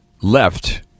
left